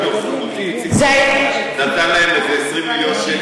ובנוכחותי איציק כהן נתן להם איזה 20 מיליון שקל,